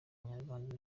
abanyarwanda